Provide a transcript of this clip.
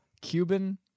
Cuban